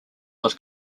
was